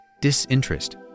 disinterest